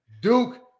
Duke